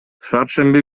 шаршемби